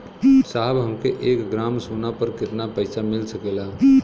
साहब हमके एक ग्रामसोना पर कितना पइसा मिल सकेला?